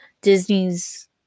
Disney's